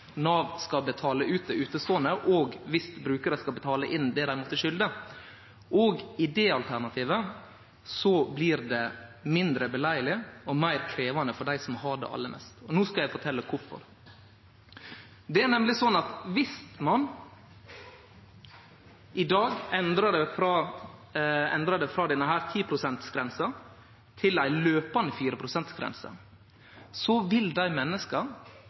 Nav skal betale ut det uteståande og viss brukarar skal betale inn det dei måtte skylde – og i det alternativet blir det mindre lagleg og meir krevjande for dei som treng det aller mest, og no skal eg fortelje kvifor. Det er nemleg slik at viss ein i dag endrar det frå